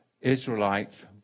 Israelites